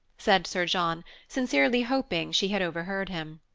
said sir john, sincerely hoping she had overheard him.